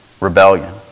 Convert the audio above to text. rebellion